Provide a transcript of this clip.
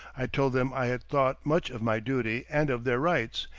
i told them i had thought much of my duty and of their rights,